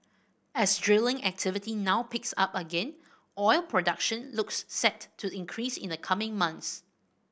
as drilling activity now picks up again oil production looks set to increase in the coming months